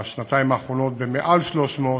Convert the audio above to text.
בשנתיים האחרונות יותר מ-300,